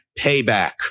payback